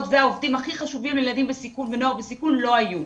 והעובדים הכי חשובים לילדים ונוער בסיכון לא היו.